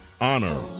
Honor